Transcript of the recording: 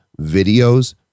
videos